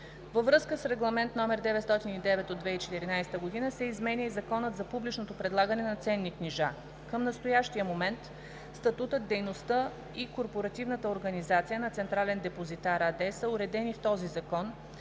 Във връзка с Регламент (ЕС) № 909/2014 се изменя и Законът за публичното предлагане на ценни книжа. Към настоящия момент статутът, дейността и корпоративната организация на „Централен депозитар“ АД са уредени в този закон,